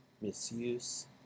misuse